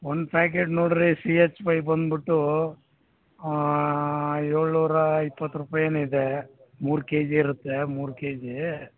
ಒಂದು ಪ್ಯಾಕೇಟ್ ನೋಡಿರಿ C H five ಬಂದ್ಬಿಟ್ಟು ಏಳುನೂರ ಇಪ್ಪತ್ತು ರೂಪಾಯಿ ಏನು ಇದೆ ಮೂರು ಕೆ ಜಿ ಇರುತ್ತೆ ಮೂರು ಕೆ ಜಿ